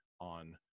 on